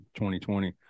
2020